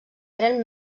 tren